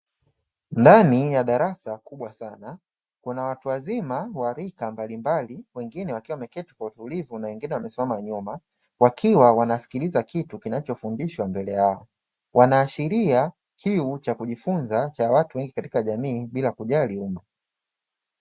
Ndani ya darasa kubwa sana, kuna watu wazima wa rika mbalimbali, wengine wakiwa wameketi kwa utulivu na wengine wamesimama nyuma wakiwa wanasikiliza kitu kinacho fundishwa mbele yao. Wanaashiria kiu cha kujifunza cha watu wengi katika jamii bila kujali umri